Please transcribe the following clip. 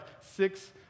six